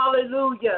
Hallelujah